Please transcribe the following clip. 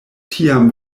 tiam